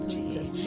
Jesus